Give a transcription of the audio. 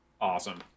Awesome